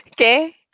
Okay